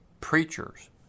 preachers